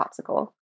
popsicle